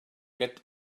get